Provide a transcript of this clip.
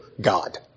God